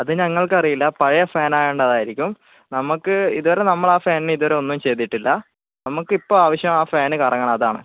അത് ഞങ്ങൾക്കറിയില്ല പഴയ ഫാൻ ആയത് കൊണ്ടായിരിക്കും നമുക്ക് ഇതുവരെ നമ്മളാ ഫാനിനെ ഇതുവരെ ഒന്നും ചെയ്തിട്ടില്ല നമുക്ക് ഇപ്പം ആവശ്യം ആ ഫാന് കറങ്ങണം അതാണ്